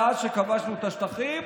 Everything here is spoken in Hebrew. מאז שכבשנו את השטחים,